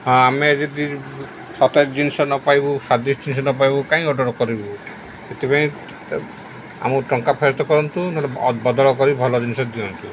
ହଁ ଆମେ ଯଦି ସତେଜ ଜିନିଷ ନପାଇବୁ ସ୍ୱାଦିଷ୍ଟ ଜିନିଷ ନପାଇବୁ କାଇହିଁ ଅର୍ଡ଼ର୍ କରିବୁ ସେଥିପାଇଁ ଆମକୁ ଟଙ୍କା ଫେରସ୍ତ କରନ୍ତୁ ନଲେ ବଦଳ କରି ଭଲ ଜିନିଷ ଦିଅନ୍ତୁ